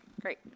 Great